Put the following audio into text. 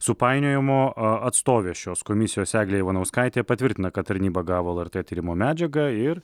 supainiojimo a atstovė šios komisijos eglė ivanauskaitė patvirtina kad tarnyba gavo lrt tyrimo medžiagą ir